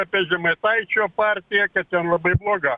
apie žemaitaičio partiją kad ten labai bloga